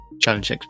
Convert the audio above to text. Challenge